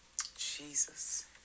Jesus